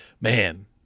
Man